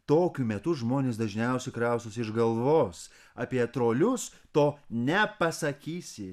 tokiu metu žmonės dažniausiai kraustosi iš galvos apie trolius to nepasakysi